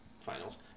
finals